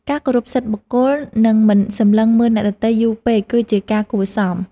ការគោរពសិទ្ធិបុគ្គល និងមិនសម្លឹងមើលអ្នកដទៃយូរពេក គឺជាការគួរសម។